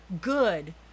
good